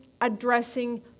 addressing